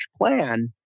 plan